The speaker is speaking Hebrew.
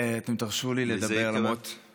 אתם תרשו לי לדבר, למרות, לזה התכוונת?